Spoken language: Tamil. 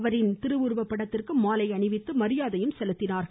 அவரின் திருவுருவ படத்திற்கு மாலை அணிவித்து மரியாதையும் செலுத்தினார்கள்